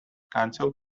council